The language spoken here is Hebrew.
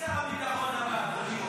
עוד לא אמרתי.